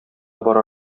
бара